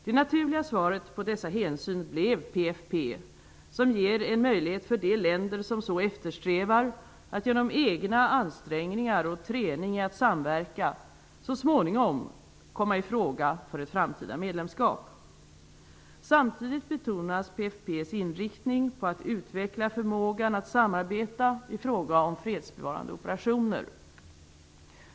Det naturliga svaret på dessa hänsyn blev PFF, som ger en möjlighet för de länder som så eftersträvar att genom egna ansträngningar och träning i att samverka så småningom komma i fråga för ett framtida medlemskap. Samtidigt betonas PFF:s inriktning på att utveckla förmågan att samarbeta i fråga om fredsbevarande operationer.